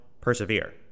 persevere